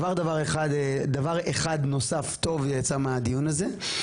כבר דבר אחד נוסף טוב יצא מהדיון הזה.